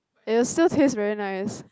it'll still taste very nice